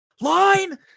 Line